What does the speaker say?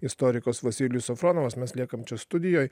istorikas vasilijus safronovas mes liekam čia studijoj